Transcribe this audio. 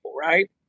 right